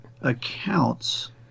accounts